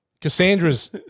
Cassandra's